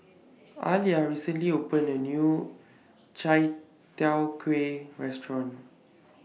Alia recently opened A New Chai Tow Kway Restaurant